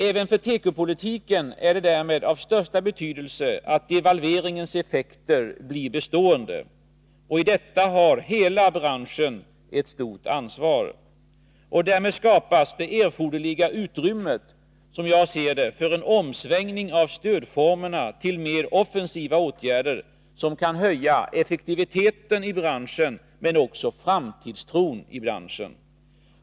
Även för tekopolitiken är det därmed av största betydelse att devalveringens effekter blir bestående. I detta har hela branschen ett stort ansvar. Därmed skapas det erforderliga utrymmet, som jag ser det, för en omsvängning av stödformerna till mer offensiva åtgärder som kan höja effektiviteten i branschen, men också framtidstron i branschen.